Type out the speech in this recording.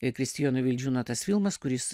ir kristijono vildžiūno tas filmas kuris